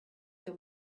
your